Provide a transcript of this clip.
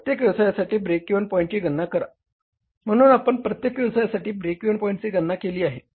प्रत्येक व्यवसायासाठी break even पॉईंटची गणना करा म्हणून आपण प्रत्येक व्यवसायासाठी ब्रेक इव्हन पॉईंटची गणना केली आहे